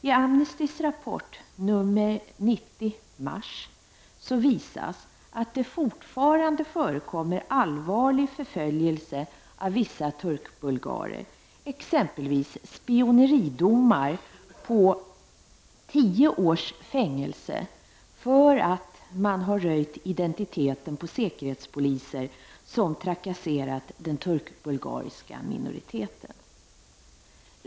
I Amnestys rapport nr 90 från mars visas att det fortfarande förekommer allvarlig förföljelse av vissa turkbulgarer. Det har t.ex. förekommit spioneridomar på tio års fängelse för att man har röjt identiteten på säkerhetspoliser som trakasserat den turkbulgariska minoriteten.